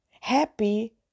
happy